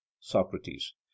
socrates